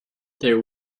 there